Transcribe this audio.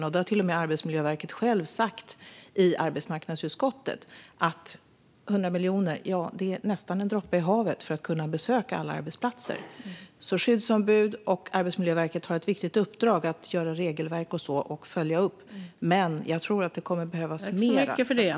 Arbetsmiljöverket har till och med självt sagt i arbetsmarknadsutskottet att 100 miljoner nästan är en droppe i havet för att man ska kunna besöka alla arbetsplatser. Skyddsombud och Arbetsmiljöverket har ett viktigt uppdrag att skapa regelverk och liknande samt följa upp dem, men jag tror att mer behövs för att man ska komma åt detta.